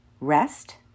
rest